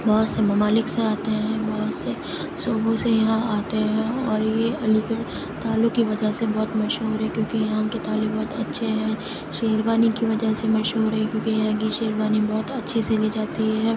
بہت سے ممالک سے آتے ہیں بہت سے صوبوں سے یہاں آتے ہیں اور یہ علی گڑھ تالوں کی وجہ سے بہت مشہور ہے کیونکہ یہاں کہ تالے بہت اچھے ہیں شیروانی کی وجہ سے مشہور ہے کیونکہ یہاں کی شیروانی بہت اچھی سلی جاتی ہے